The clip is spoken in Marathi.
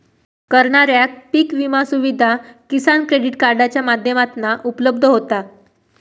करणाऱ्याक पीक विमा सुविधा किसान क्रेडीट कार्डाच्या माध्यमातना उपलब्ध होता